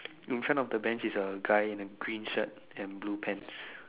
in front of the Bench is a guy in green shirt and blue pants